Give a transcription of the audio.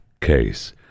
case